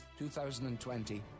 2020